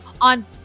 on